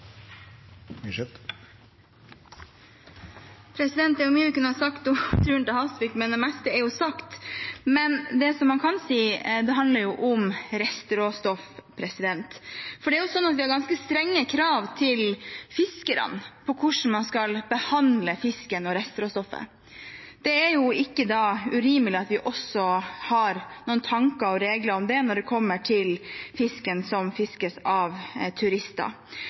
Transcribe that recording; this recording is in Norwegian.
mye jeg kunne sagt om turen til Hasvik, men det meste er jo sagt. Det som man kan si, er at det handler om restråstoff. Vi har ganske strenge krav til fiskerne når det gjelder hvordan man skal behandle fisken og restråstoffet. Da er det ikke urimelig at vi også har noen tanker om og regler for det når det kommer til fisken som fiskes av turister.